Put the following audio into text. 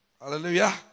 Hallelujah